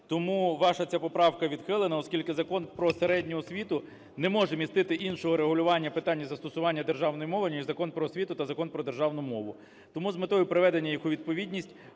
Тому ваша ця поправка відхилена, оскільки Закон про середню освіту не може містити іншого регулювання питання застосування державної мови, ніж Закон "Про освіту" та Закон про державну мову. Тому з метою приведення їх у відповідність